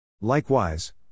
Likewise